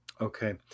Okay